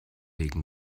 wegen